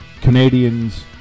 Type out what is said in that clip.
Canadians